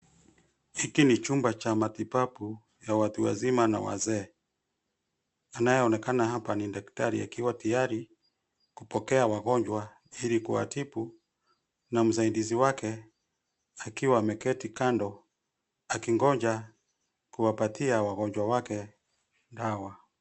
Hiki ni chumba cha matibabu ya watu wazima na wazee. Anayeonekana hapa ni daktari akiwa tayari kupokea wagonjwa ili kuwatibu, na msaidizi wake, akiwa ameketi kando, akingoja kuwapatia wagonjwa wake dawa.